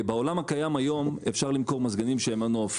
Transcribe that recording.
בעולם הקיים היום אפשר למכור מזגנים שהם on/off.